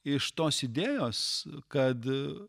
iš tos idėjos kad